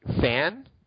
fan